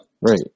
right